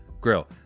Grill